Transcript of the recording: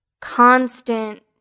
constant